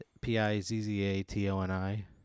P-I-Z-Z-A-T-O-N-I